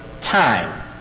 time